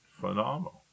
phenomenal